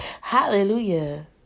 Hallelujah